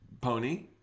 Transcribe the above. pony